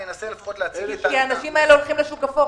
אני אנסה להציג את --- כי האנשים האלה הולכים לשוק האפור.